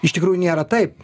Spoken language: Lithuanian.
iš tikrųjų nėra taip